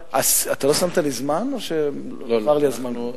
אתה לא שמת לי זמן או שעבר לי הזמן?